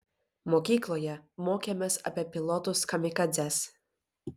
mokykloje mokėmės apie pilotus kamikadzes